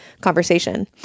conversation